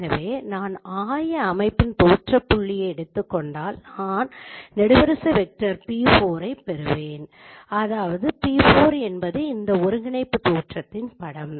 எனவே நான் ஆய அமைப்பின் தோற்றப் படத்தை எடுத்துக் கொண்டதால் நான் நெடுவரிசை வெக்டர் p4 ஐ பெறுவேன் அதாவது p4 என்பது இந்த ஒருங்கிணைப்பு தோற்றத்தின் படம்